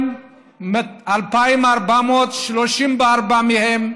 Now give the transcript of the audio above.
2,434 מהם,